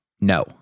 no